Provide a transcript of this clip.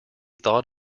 thought